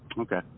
Okay